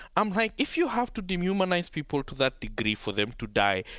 i'm like if you have to dehumanize people to that degree, for them to die,